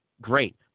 Great